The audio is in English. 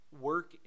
work